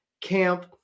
camp